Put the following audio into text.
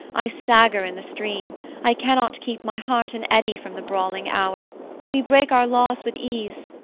i stagger in the stream i cannot keep my heart an eddy from the brawling hour we break our laws with ease,